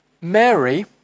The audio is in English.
Mary